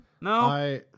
No